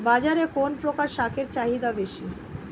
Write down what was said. বাজারে কোন প্রকার শাকের চাহিদা বেশী?